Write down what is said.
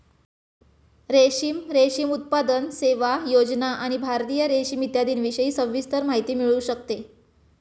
रेशीम, रेशीम उत्पादन, सेवा, योजना आणि भारतीय रेशीम इत्यादींविषयी सविस्तर माहिती मिळू शकते